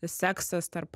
seksas tarp